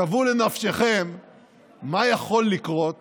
שוו בנפשותיכם מה יכול לקרות